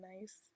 nice